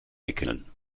wickeln